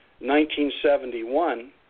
1971